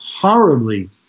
horribly